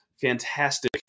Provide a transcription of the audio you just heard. fantastic